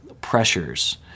pressures